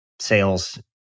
sales